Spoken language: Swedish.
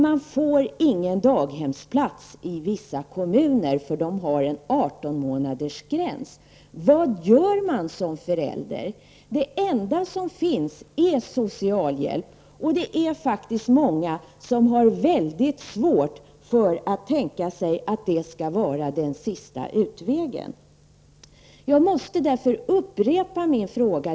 Man får i denna situation i vissa kommuner heller ingen daghemsplats, eftersom de har en artonmånadersgräns. Vad gör man i denna situation som förälder? Det enda som finns att tillgå är socialhjälp, och det är faktiskt många som har väldigt svårt för att tänka sig den utvägen. Jag måste därför upprepa min fråga.